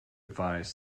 advise